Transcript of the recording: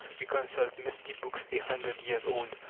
we consult musty books a hundred years old,